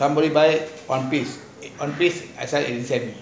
somebody buy one piece eight one piece I sell eighty cent